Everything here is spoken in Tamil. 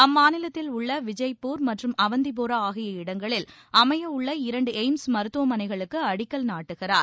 அம்மாநிலத்தில் உள்ள விஜய்பூர் மற்றும் அவந்திபோரா ஆகிய இடங்களில் அமைய உள்ள இரண்டு எய்ம்ஸ் மருத்துவமனைகளுக்கு அடிக்கல் நாட்டுகிறார்